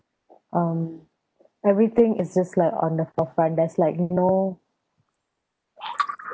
um everything is just like on the forefront there's like no